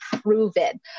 proven